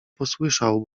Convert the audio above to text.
posłyszał